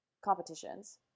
competitions